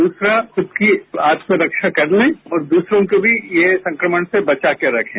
दूसरा खुद की आत्मरक्षा करने और दूसरों को भी ये संक्रमण से बचा कर रखें